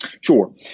Sure